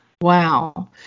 Wow